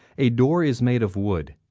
a door is made of wood.